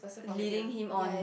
leading him on